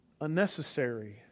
unnecessary